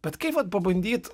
bet kaip vat pabandyt